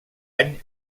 any